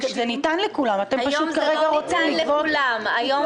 ביטוח משלים או שב"ן זה ביטוח שהוא וולונטרי.